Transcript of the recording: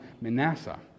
manasseh